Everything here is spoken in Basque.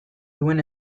duten